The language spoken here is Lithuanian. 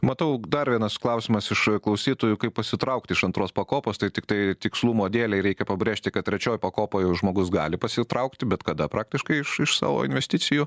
matau dar vienas klausimas iš klausytojų kaip pasitraukti iš antros pakopos tai tiktai tikslumo dėlei reikia pabrėžti kad trečioj pakopoj jau žmogus gali pasitraukti bet kada praktiškai iš iš savo investicijų